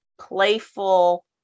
playful